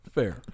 Fair